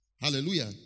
Hallelujah